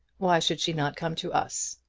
why should she not come to us?